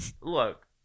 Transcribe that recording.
look